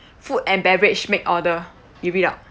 food and beverage make order you read out